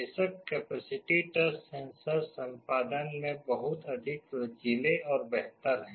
बेशक capacitive touch sensor संपादन में बहुत अधिक लचीले और बेहतर हैं